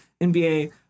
NBA